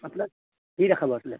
আপোনাৰ কি দেখাব আছিলে